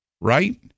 right